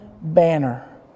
banner